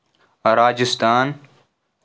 Rajasthan